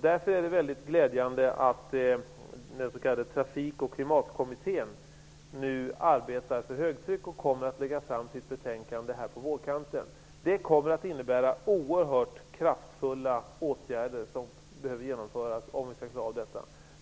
Därför är det mycket glädjande att den s.k. Trafik och klimatkommittén nu arbetar för högtryck. Den kommer att lägga fram sitt betänkande på vårkanten. Det innebär att oerhört kraftfulla åtgärder måste genomföras för att vi skall kunna klara av detta.